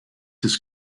has